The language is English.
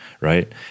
right